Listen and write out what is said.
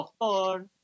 Doctor